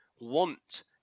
want